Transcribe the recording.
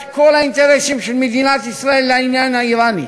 את כל האינטרסים של מדינת ישראל לעניין האיראני,